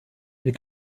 wir